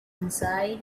inside